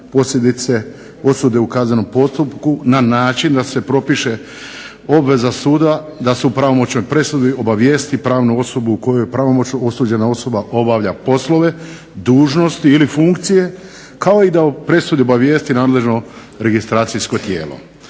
posljedice, osude u kaznenom postupku na način da se propiše obveza suda da se o pravomoćnoj presudi obavijesti pravnu osobu u kojoj je pravomoćno osuđena osuda obavlja poslove, dužnosti ili funkcije kao i da o presudi obavijesti nadležno registracijsko tijelo.